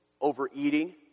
overeating